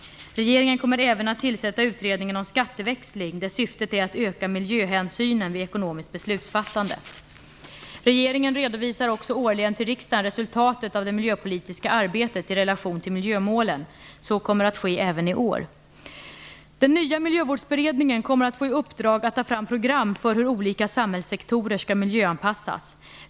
Regeringen kommer även att tillsätta utredningen om skatteväxling, där syftet är att öka miljöhänsynen vid ekonomiskt beslutsfattande. Regeringen redovisar årligen till riksdagen resultatet av det miljöpolitiska arbetet i relation till miljömålen. Så kommer att ske även i år. Den nya miljövårdsberedningen kommer att få i uppdrag att ta fram program för hur olika samhällssektorer skall miljöanpassas.